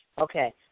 Okay